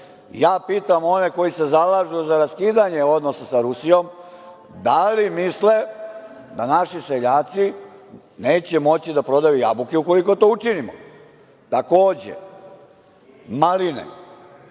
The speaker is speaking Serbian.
ja pitam one koji se zalažu za raskidanje odnosa sa Rusijom, da li misle da naši seljaci neće moći da prodaju jabuke ukoliko to učinimo? Takođe, maline,